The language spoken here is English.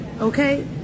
Okay